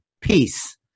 peace